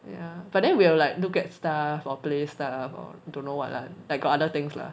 ya but then we are like look at stuff or play stuff or don't know what lah like got other things lah